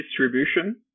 distribution